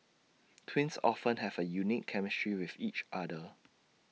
twins often have A unique chemistry with each other